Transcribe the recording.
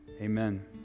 Amen